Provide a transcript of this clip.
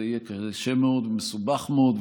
זה יהיה קשה מאוד ומסובך מאוד,